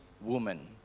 woman